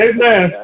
Amen